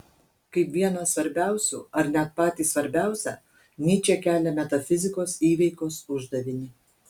kaip vieną svarbiausių ar net patį svarbiausią nyčė kelia metafizikos įveikos uždavinį